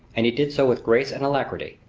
and he did so with grace and alacrity,